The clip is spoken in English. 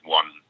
one